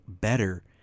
better